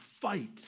fight